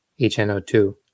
HNO2